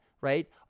right